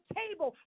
table